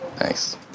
Nice